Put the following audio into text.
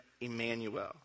Emmanuel